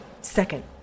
Second